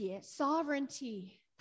sovereignty